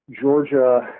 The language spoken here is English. Georgia